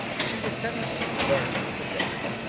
she was sentenced to be burnt to death.